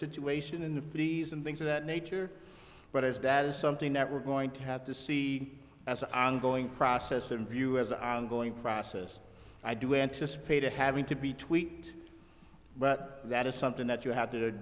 situation in the fifty's and things of that nature but as that is something that we're going to have to see as ongoing process and view as an ongoing process i do anticipate having to be tweet but that is something that you have to